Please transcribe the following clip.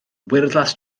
wyrddlas